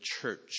church